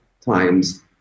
times